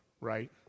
right